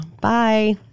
Bye